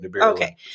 Okay